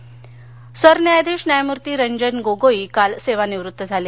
CJI सरन्यायाधीश न्यायमूर्ती रंजन गोगोई काल सेवानिवृत्त झाले